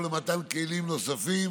ומתן כלים נוספים